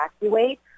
evacuate